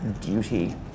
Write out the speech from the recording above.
duty